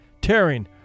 tearing